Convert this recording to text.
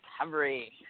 recovery